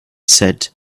said